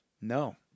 no